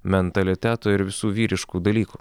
mentaliteto ir visų vyriškų dalykų